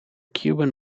cuban